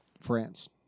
France